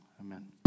Amen